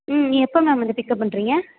ம் எப்போ மேம் வந்து பிக்கப் பண்ணுறிங்க